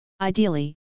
Ideally